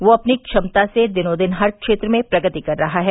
वह अपनी क्षमता से दिनों दिन हर क्षेत्र में प्रगति कर रहा है